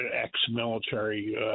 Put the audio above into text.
ex-military